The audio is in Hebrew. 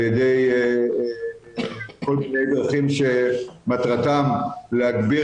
על ידי כל מיני דרכים שמטרתן להגביר